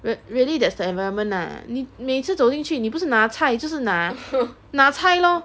real really that's the environment lah 你每次走进去你不是拿菜就是拿拿菜 lor